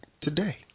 today